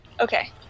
okay